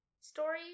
story